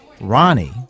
Ronnie